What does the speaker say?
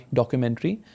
documentary